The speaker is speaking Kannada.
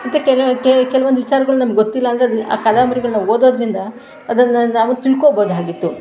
ಮತ್ತು ಕೆಲವಕ್ಕೆ ಕೆಲವೊಂದು ವಿಚಾರಗಳು ನಮ್ಗೆ ಗೊತ್ತಿಲ್ಲಾ ಅಂದರೆ ಅದು ಆ ಕಾದಂಬರಿಗಳನ್ನು ನಾವು ಓದೋದರಿಂದ ಅದನ್ನು ನಾವು ತಿಳ್ಕೊಬೋದಾಗಿತ್ತು